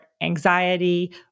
anxiety